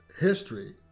history